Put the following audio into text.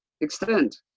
extend